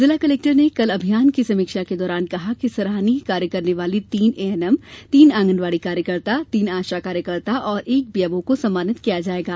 जिला कलेक्टर ने कल अभियान की समीक्षा के दौरान कहा है कि सराहनीय कार्य करने वाली तीन एएनएम तीन आंगनबाड़ी कार्यकर्ता तीन आशा कार्यकर्ता और एक बीएमओ को सम्मानित किया जायेगा